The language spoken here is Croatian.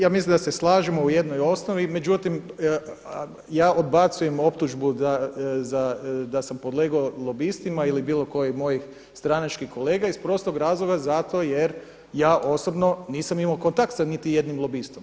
Ja mislim da se slažemo u jednoj osnovi, međutim ja odbacujem optužbu da sam podlegao lobistima ili bilo kojih mojih stranačkih kolega iz prostog razloga zato jer ja osobno nisam imao kontakt sa niti jednim lobistom.